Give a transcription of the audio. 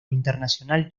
internacional